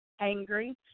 angry